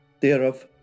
thereof